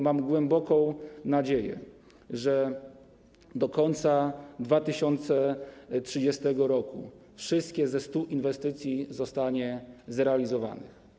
Mam głęboką nadzieję, że do końca 2030 r. wszystkie ze 100 inwestycji zostaną zrealizowane.